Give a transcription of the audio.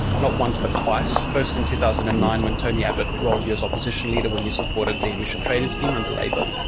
not once, but twice, first in two thousand and nine, when tony abbott rolled you as opposition leader when you supported the emissions trading scheme under labor,